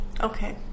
Okay